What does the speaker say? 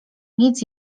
nic